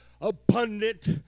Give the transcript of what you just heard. abundant